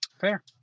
Fair